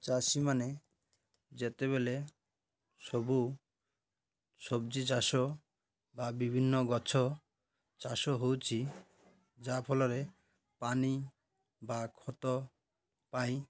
ଚାଷୀମାନେ ଯେତେବେଳେ ସବୁ ସବଜି ଚାଷ ବା ବିଭିନ୍ନ ଗଛ ଚାଷ ହେଉଛି ଯାହାଫଳରେ ପାଣି ବା ଖତ ପାଇଁ